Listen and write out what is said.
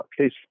case